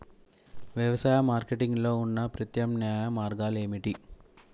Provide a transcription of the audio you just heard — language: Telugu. వ్యవసాయ మార్కెటింగ్ లో ఉన్న ప్రత్యామ్నాయ మార్గాలు ఏమిటి?